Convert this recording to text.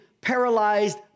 paralyzed